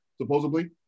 supposedly